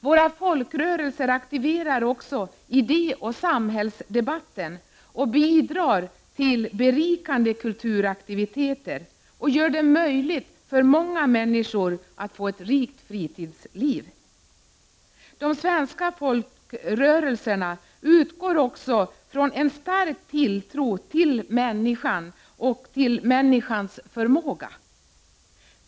Våra folkrörelser aktiverar också idé och samhällsdebatten, bidrar till berikande kulturaktiviteter och gör det möjligt för många människor att få ett rikt fritidsliv. De svenska folkrörelserna utgår också från en stark tilltro till människan och till människans förmåga.